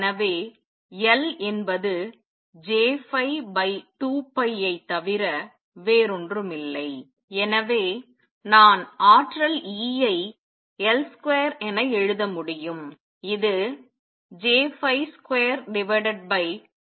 எனவே L என்பது J2π ஐ தவிர வேறொன்றுமில்லை எனவே நான் ஆற்றல் E ஐ L2என எழுத முடியும் இது J282mR2V ஆகும்